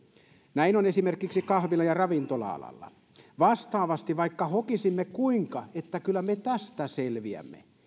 näin on esimerkiksi kahvila ja ravintola alalla vastaavasti vaikka hokisimme kuinka että kyllä me tästä selviämme